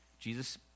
Jesus